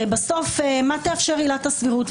מה תאפשר בסוף עילת הסבירות?